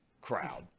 crowd